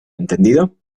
entendido